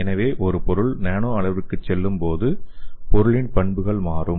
எனவே ஒரு பொருள் நானோ அளவிற்குச் செல்லும்போது பொருளின் பண்புகள் மாறும்